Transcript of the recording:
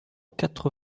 quatre